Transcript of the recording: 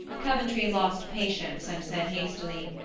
coventry lost patience, and said hastily,